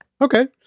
okay